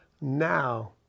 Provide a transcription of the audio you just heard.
now